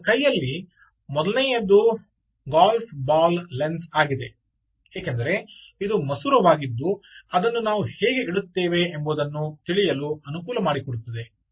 ಅವಳ ಕೈಯಲ್ಲಿ ಮೊದಲನೆಯದು ಗಾಲ್ಫ್ ಬಾಲ್ ಲೆನ್ಸ್ ಆಗಿದೆ ಏಕೆಂದರೆ ಇದು ಮಸೂರವಾಗಿದ್ದು ಅದನ್ನು ನಾವು ಹೇಗೆ ಇಡುತ್ತೇವೆ ಎಂಬುದನ್ನು ತಿಳಿಯಲು ಅನುಕೂಲ ಮಾಡಿಕೊಡುತ್ತದೆ